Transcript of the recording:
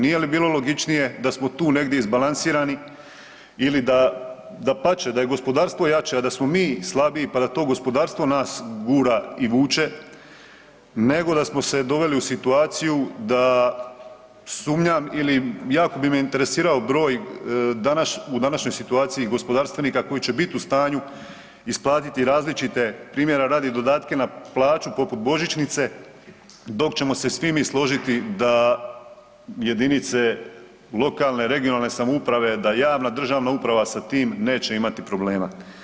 Nije li bilo logičnije da smo tu negdje izbalansirani ili da, dapače, da je gospodarstvo jače, a da smo mi slabiji pa da to gospodarstvo nas gura i vuče, nego da smo se doveli u situaciju da sumnjam ili, jako bi me interesirao broj u današnjoj situaciji gospodarstvenika koji će bit u stanju isplatiti različite, primjera radi, dodatke na plaću poput božićnice, dok ćemo se svi mi složiti da jedinice lokalne i regionalne samouprave, da javna državna uprava sa tim neće imati problema.